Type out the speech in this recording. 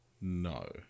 No